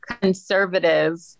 conservative